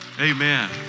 Amen